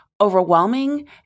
overwhelming